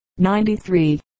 93